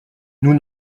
nous